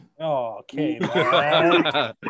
okay